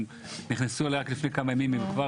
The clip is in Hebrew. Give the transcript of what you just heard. הם נכנסו רק לפני כמה ימים והם כבר